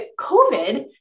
COVID